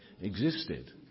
existed